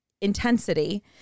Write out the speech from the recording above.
intensity